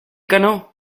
cano